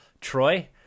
Troy